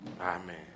Amen